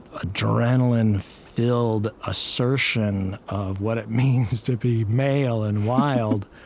adrenaline-filled assertion of what it means to be male and wild.